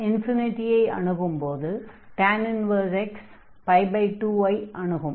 x ஐ அணுகும் போது x 2 ஐ அணுகும்